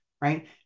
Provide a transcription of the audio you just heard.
right